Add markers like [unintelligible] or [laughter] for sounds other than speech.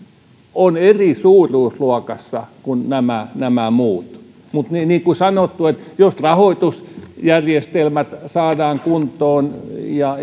on eri suuruusluokassa kuin nämä muut mutta niin niin kuin sanottu jos rahoitusjärjestelmät saadaan kuntoon ja [unintelligible]